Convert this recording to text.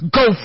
go